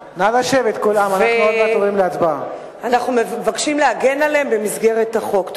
ואנחנו מבקשים להגן עליהם במסגרת החוק.